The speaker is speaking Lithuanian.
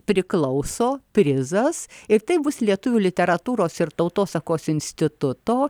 priklauso prizas ir tai bus lietuvių literatūros ir tautosakos instituto